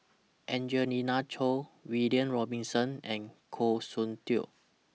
Angelina Choy William Robinson and Goh Soon Tioe